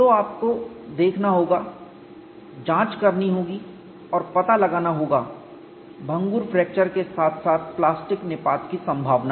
तो आपको देखना होगा जांच करनी होगी और पता लगाना होगा भंगुर फ्रैक्चर के साथ साथ प्लास्टिक निपात की संभावना का